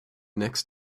next